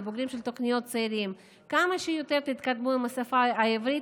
לבוגרים של תוכניות הצעירים: כמה שיותר תתקדמו עם השפה העברית,